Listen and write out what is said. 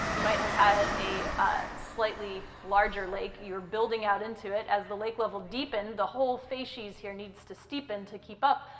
you might have had a ah slightly larger lake. you're building out into it as the lake level deepened. the whole facies here needs to steepen to keep up,